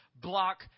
block